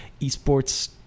esports